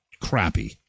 crappy